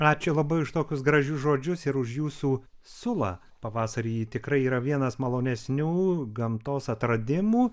ačiū labai už tokius gražius žodžius ir už jūsų sulą pavasarį ji tikrai yra vienas malonesnių gamtos atradimų